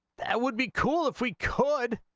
that would be cool if we could